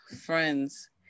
friends